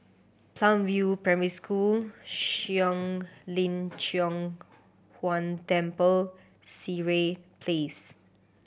Palm View Primary School Shuang Lin Cheng Huang Temple Sireh Place